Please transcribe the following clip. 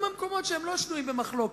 גם מקומות שהם לא שנויים במחלוקת,